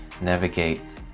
navigate